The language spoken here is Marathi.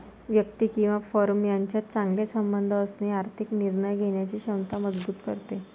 व्यक्ती किंवा फर्म यांच्यात चांगले संबंध असणे आर्थिक निर्णय घेण्याची क्षमता मजबूत करते